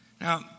Now